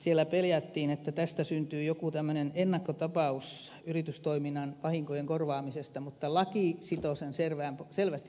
siellä peljättiin että tästä syntyy joku ennakkotapaus yritystoiminnan vahinkojen korvaamisesta mutta laki sitoo sen selvästi porotalouteen